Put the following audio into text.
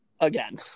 Again